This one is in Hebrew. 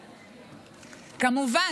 כמובן,